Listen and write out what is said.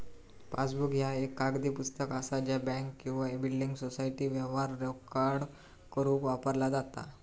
passbook ह्या एक कागदी पुस्तक असा ज्या बँक किंवा बिल्डिंग सोसायटी व्यवहार रेकॉर्ड करुक वापरला जाता